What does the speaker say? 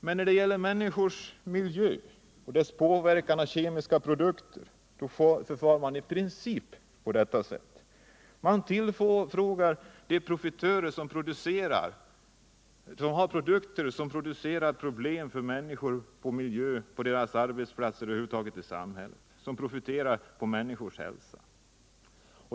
Men när det gäller människors miljö och påverkan på den av kemiska produkter, då förfar man i princip på detta sätt. Man tillfrågar de profitörer som har produkter som ger problem för människor, på deras arbetsplatser, på miljön och över huvud taget i samhället. Det gäller dem som profiterar på människors hälsa.